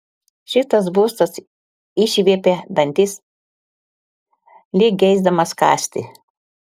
šitas būstas išviepia dantis lyg geisdamas kąsti